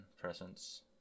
presence